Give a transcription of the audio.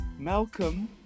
malcolm